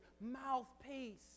mouthpiece